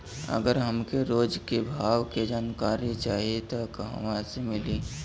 अगर हमके रोज के भाव के जानकारी चाही त कहवा से मिली?